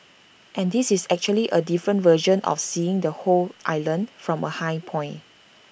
and this is actually A different version of seeing the whole island from A high point